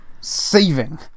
saving